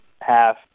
half